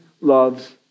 loves